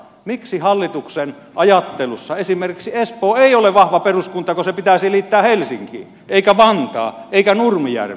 miksi hallituksen ajattelussa esimerkiksi espoo ei ole vahva peruskunta kun se pitäisi liittää helsinkiin eikä vantaa eikä nurmijärvi